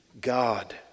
God